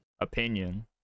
opinion